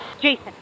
Jason